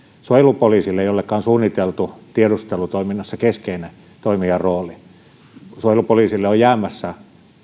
suojelupoliisille jolleka on suunniteltu tiedustelutoiminnassa keskeinen toimijan rooli on jäämässä